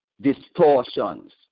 distortions